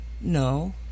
no